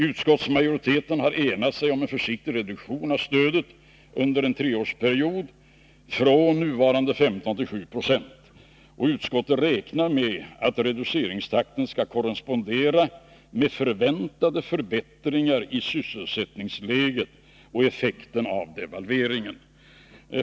Utskottsmajoriteten har enat sig om en försiktig reduktion av stödet under en treårsperiod från nuvarande 15 9o till 7 20. Utskottet räknar med att reduceringstakten skall korrespondera med förväntade förbättringar i sysselsättningsläget och effekten av devalveringen.